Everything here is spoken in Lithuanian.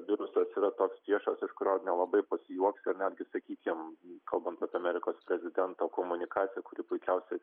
virusas yra toks priešas iš kurio nelabai pasijuoksi ar netgi sakykim kalbant apie amerikos prezidento komunikaciją kuri puikiausiai